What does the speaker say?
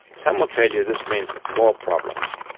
some will tell you this means more problems.